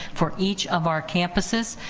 for each of our campuses.